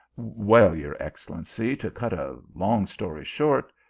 well, your excellency, to cut a long story short,